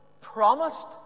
promised